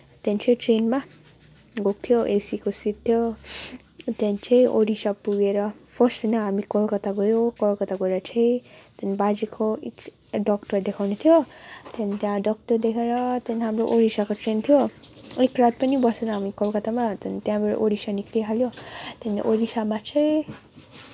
त्यहाँदेखि चाहिँ ट्रेनमा गएको थियो एसीको सिट थियो त्यहाँदेखि चाहिँ ओडिसा पुगेर फर्स्ट होइन हामी कलकत्ता गयौँ कलकत्ता गएर चाहिँ त्यहाँदेखि बाजेको डक्टर देखाउन थियो त्यहाँदेखि त्यहाँ डक्टर देखाएर त्यहाँदेखि हाम्रो ओडिसाको ट्रेन थियो एक रात पनि बसेन हामी कलकत्तामा त्यहाँदेखि त्यहाँबाट ओडिसा निक्लिहाल्यो त्यहाँदेखि ओडिसामा चाहिँ